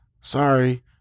Sorry